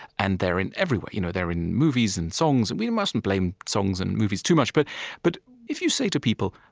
and they're everywhere. you know they're in movies and songs. and we mustn't blame songs and movies too much. but but if you say to people,